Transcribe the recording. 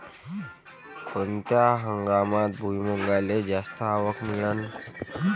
कोनत्या हंगामात भुईमुंगाले जास्त आवक मिळन?